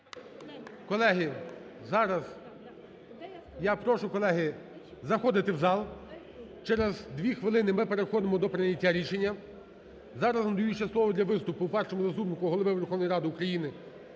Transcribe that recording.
Колеги, зараз я прошу, колеги, заходити в зал. Через дві хвилини ми переходимо до прийняття рішення. Зараз надаю ще слово для виступу Першому заступнику Голови Верховної Ради України